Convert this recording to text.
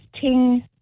ting